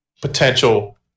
potential